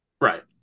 Right